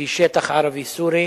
שהיא שטח ערבי-סורי.